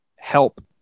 Help